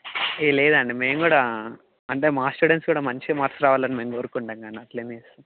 ఏ లేదండి మేము కూడా అంటే మా స్టూడెంట్స్ కూడా మంచి మార్క్స్ రావాలని మేము కోరుకుంటాం కానీ అట్ల ఏమి